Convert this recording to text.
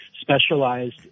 specialized